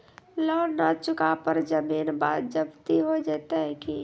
Loan न चुका पर जमीन जब्ती हो जैत की?